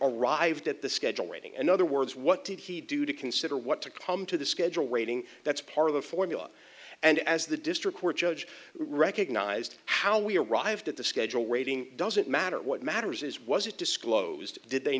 arrived at the schedule rating in other words what did he do to consider what to come to the schedule rating that's part of the formula and as the district court judge recognized how we arrived at the schedule rating doesn't matter what matters is was it disclosed did they